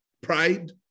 Pride